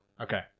Okay